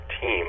team